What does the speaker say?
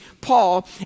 Paul